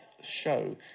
show